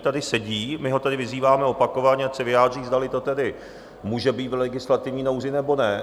Tady sedí, my ho vyzýváme opakovaně, ať se vyjádří, zdali to tedy může být v legislativní nouzi, nebo ne.